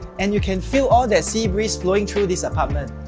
and you can feel all the sea breeze flowing through this apartment.